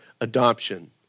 adoption